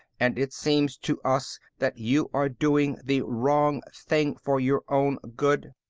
and it seems to us that you are doing the wrong thing for your own good.